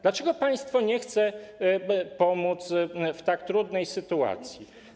Dlaczego państwo nie chce pomóc w tak trudnej sytuacji?